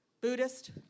Buddhist